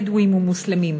בדואים ומוסלמים.